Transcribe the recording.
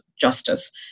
justice